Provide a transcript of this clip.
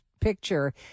picture